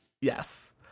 Yes